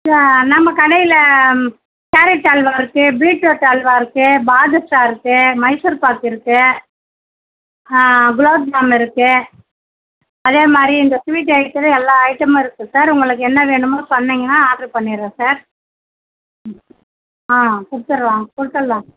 ஆ நம்ம கடையில் கேரட் அல்வா இருக்கு பீட்ரூட் அல்வா இருக்கு பாதுஷா இருக்கு மைசூர் பாக்கு இருக்கு குலோப்ஜாம் இருக்கு அதேமாதிரி இந்த ஸ்வீட் ஐட்டத்தில் எல்லா ஐட்டமும் இருக்கு சார் உங்களுக்கு என்ன வேணுமோ சொன்னிங்கன்னா ஆர்ட்ரு பண்ணிவிடுறன் சார் ம் ஆ கொடுத்தட்லாம் கொடுத்தட்லா